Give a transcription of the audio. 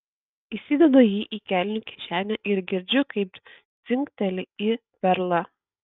įsidedu jį į kelnių kišenę ir girdžiu kaip dzingteli į perlą